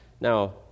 Now